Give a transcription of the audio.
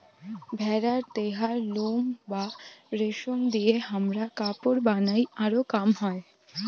ভেড়ার দেহার লোম বা রেশম দিয়ে হামরা কাপড় বানাই আরো কাম হই